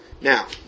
Now